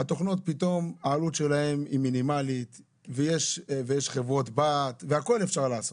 התוכנות פתאום העלות שלהן היא מינימלית ויש חברות בת והכל אפשר לעשות.